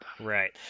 Right